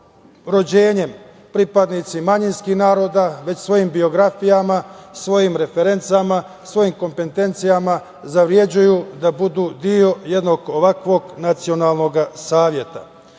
rođenjem pripadnici manjinskih naroda, već svojim biografijama, svojim referencama, svojim kompetencijama zavređuju da budu deo jednog ovakvog nacionalnog saveta. Takođe,